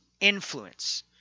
Influence